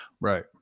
Right